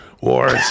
wars